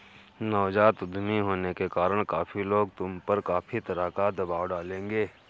नवजात उद्यमी होने के कारण काफी लोग तुम पर काफी तरह का दबाव डालेंगे